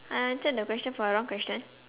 I answered the question for a wrong question